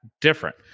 different